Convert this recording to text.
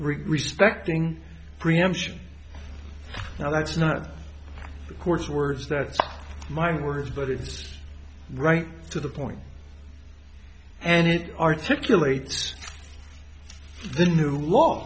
respecting preemption now that's not the court's words that my words but it is right to the point and it articulate the new law